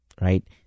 Right